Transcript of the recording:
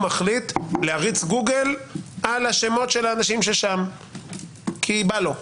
להריץ גוגל על שמות האנשים שבאו משם כי בא לו.